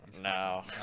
No